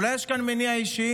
אולי יש כאן מניע אישי?